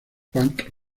punk